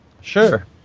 sure